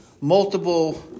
multiple